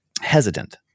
hesitant